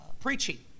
preaching